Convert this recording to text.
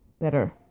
better